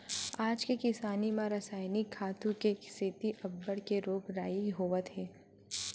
आज के किसानी म रसायनिक खातू के सेती अब्बड़ के रोग राई होवत हे